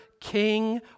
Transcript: king